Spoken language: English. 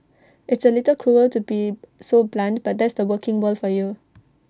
it's A little cruel to be so blunt but that's the working world for you